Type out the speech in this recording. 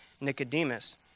Nicodemus